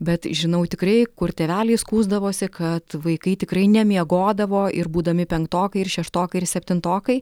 bet žinau tikrai kur tėveliai skųsdavosi kad vaikai tikrai nemiegodavo ir būdami penktokai ir šeštokai ir septintokai